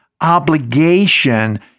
obligation